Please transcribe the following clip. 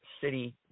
City